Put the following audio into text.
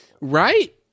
Right